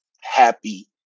happy